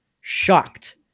Shocked